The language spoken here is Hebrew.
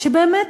ובאמת,